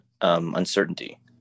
uncertainty